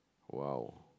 !wow!